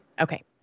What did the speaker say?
Okay